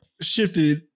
shifted